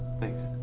thanks.